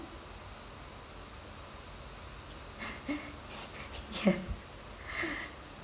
yes